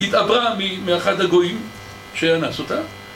התעברה מי... מאחד הגויים שאנס אותה